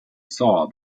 saw